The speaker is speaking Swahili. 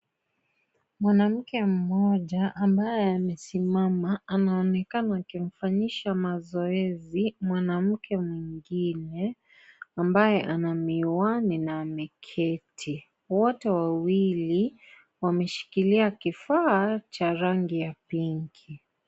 Mwanamke moja ambaye amesimama anaonekana akimfanyisha mazoezi mwanamke mwingine ambaye ana miwani na ameketi, wote wawili wameshikilia kifaa cha rangi ya pink.